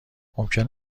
ممکن